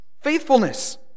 Faithfulness